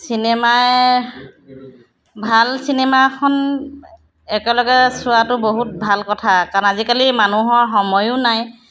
চিনেমাই ভাল চিনেমা এখন একেলগে চোৱাটো বহুত ভাল কথা কাৰণ আজিকালি মানুহৰ সময়ো নাই